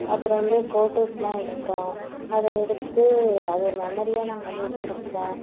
அப்புறம் வந்து ஃபோட்டோஸ்லாம் எடுத்தோம் அதை எடுத்து அது ஒரு மெமரியாக நாங்கள் வந்து வச்சியிருக்கோம்